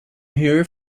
here